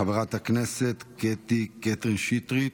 חברת הכנסת קטי קטרין שטרית,